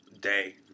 day